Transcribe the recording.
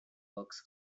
works